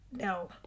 no